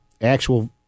actual